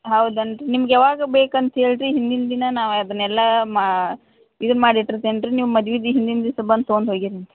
ಹೌದನು ರೀ ನಿಮಗೆ ಯಾವಾಗ ಬೇಕಂತ ಹೇಳಿರಿ ಹಿಂದಿನ ದಿನ ನಾವು ಅದನ್ನೆಲ್ಲ ಮಾ ಇದನ್ನು ಮಾಡಿ ಇಟ್ಟಿರ್ತೇನೆ ರೀ ನೀವು ಮದ್ವೆ ಹಿಂದಿನ ದಿವಸ ಬಂದು ತೊಗೊಂಡು ಹೋಗೋರಂತ್ರಿ